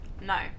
No